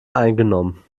eingenommen